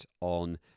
on